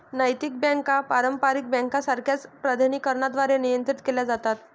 नैतिक बँका पारंपारिक बँकांसारख्याच प्राधिकरणांद्वारे नियंत्रित केल्या जातात